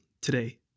today